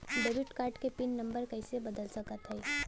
Debit card क pin number कइसे बदल सकत हई?